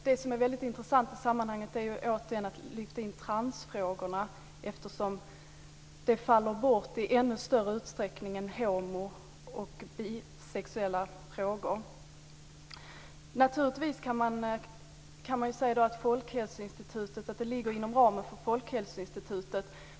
Det som är särskilt intressant i sammanhanget är, återigen, att lyfta fram transfrågorna, eftersom de faller bort i ännu större utsträckning än frågorna om homo och bisexualitet. Naturligtvis kan man säga att detta ligger inom ramen för Folkhälsoinstitutet.